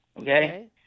Okay